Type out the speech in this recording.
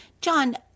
John